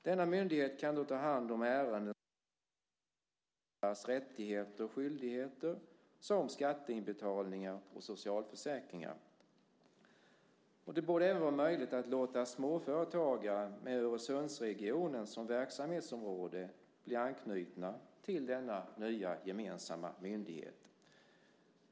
Denna myndighet kan ta hand om ärenden om medborgarnas rättigheter och skyldigheter som skatteinbetalningar och socialförsäkringar. Det borde även vara möjligt att låta småföretagare med Öresundsregionen som verksamhetsområde bli anknutna till denna nya gemensamma myndighet.